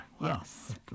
Yes